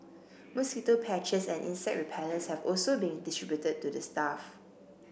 mosquito patches and insect repellents have also been distributed to the staff